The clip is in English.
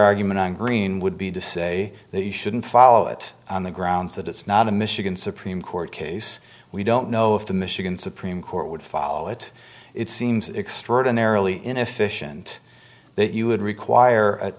argument on green would be to say that you shouldn't follow it on the grounds that it's not a michigan supreme court case we don't know if the michigan supreme court would follow it it seems extraordinarily inefficient that you would require